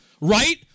right